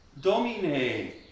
Domine